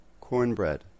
Cornbread